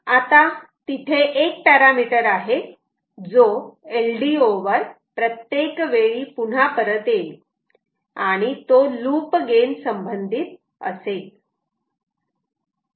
आता तिथे एक पॅरामिटर आहे जो LDO वर प्रत्येक वेळी पुन्हा परत येईल आणि तो लूप गेन संबंधित असेल